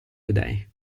today